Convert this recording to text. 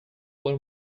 when